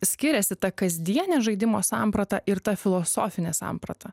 skiriasi ta kasdienė žaidimo samprata ir ta filosofinė samprata